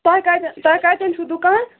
تۄہہِ کَتین تۄہہِ کَتین چھُو دُکان